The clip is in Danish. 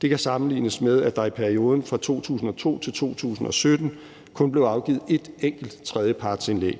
Det kan sammenlignes med, at der i perioden fra 2002 til 2017 kun blev afgivet et enkelt tredjepartsindlæg.